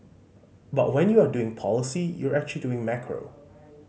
but when you are doing policy you're actually doing macro